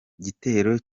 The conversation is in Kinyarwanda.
gitero